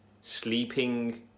sleeping